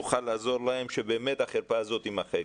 נעזור להם כדי שהחרפה הזאת תימחק.